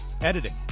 Editing